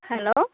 hello